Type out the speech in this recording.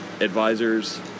advisors